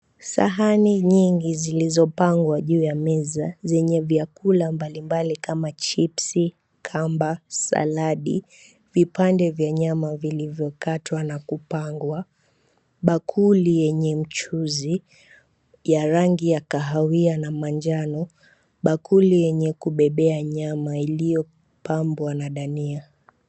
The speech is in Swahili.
Sahani nyingi zilizopangwa juu ya meza . Zenye vyakula mbalimbali kama chipsi, kamba, saladi, vipande vya nyama vilivyokatwa na kupangwa. Bakuli yenye mchuzi ya rangi ya kahawia na manjano. Bakuli yenye kubebea nyama iliyopambwa na dania.